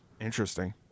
Interesting